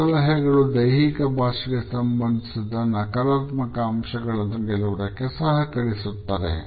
ಈ ಸಲಹೆಗಳು ದೈಹಿಕ ಭಾಷೆಗೆ ಸಂಬಂಧಿಸಿದ ನಕಾರಾತ್ಮಕ ಅಂಶಗಳನ್ನು ಗೆಲ್ಲುವುದಕ್ಕೆ ಸಹಕರಿಸುತ್ತದೆ